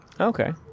Okay